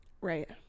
Right